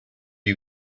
you